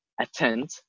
attend